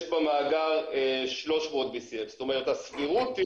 במאגר 300 BCM. זאת אומרת הסבירות היא